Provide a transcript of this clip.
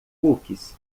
cookies